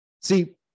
See